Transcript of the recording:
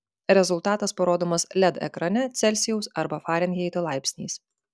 rezultatas parodomas led ekrane celsijaus arba farenheito laipsniais